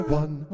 one